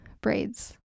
Braids